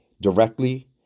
directly